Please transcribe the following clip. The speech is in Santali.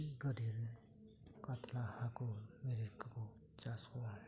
ᱯᱨᱚᱛᱤ ᱜᱟᱹᱰᱭᱟᱹᱨᱮ ᱠᱟᱛᱞᱟ ᱦᱟᱠᱳ ᱜᱮᱠᱚ ᱪᱟᱥ ᱠᱚᱣᱟ